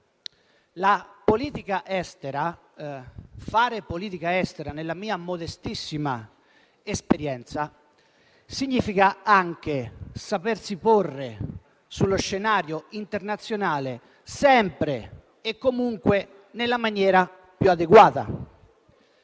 aspetto. Fare politica estera, nella mia modestissima esperienza, significa anche sapersi porre sullo scenario internazionale sempre e comunque nella maniera più adeguata.